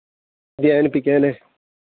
ധ്യാനിപ്പിക്കാൻ